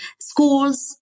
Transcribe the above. Schools